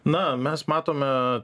na mes matome